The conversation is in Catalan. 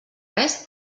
res